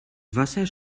wasser